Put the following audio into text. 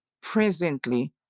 presently